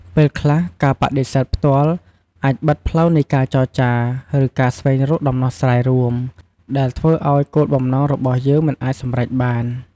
ពេលខ្លះ ការបដិសេធផ្ទាល់អាចបិទផ្លូវនៃការចរចា ឬការស្វែងរកដំណោះស្រាយរួម ដែលធ្វើឲ្យគោលបំណងរបស់យើងមិនអាចសម្រេចបាន។